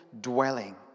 dwelling